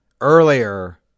earlier